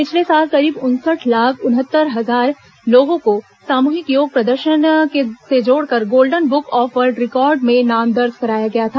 पिछले साल करीब उनसठ लाख उनयासी हजार लोगों को सामूहिक योग प्रदर्शन से जोड़कर golden book of world record में नाम दर्ज कराया गया था